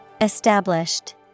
Established